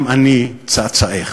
גם אני צאצאך.